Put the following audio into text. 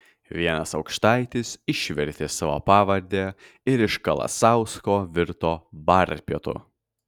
vienas aukštaitis išvertė savo pavardę ir iš kalasausko virto varpiotu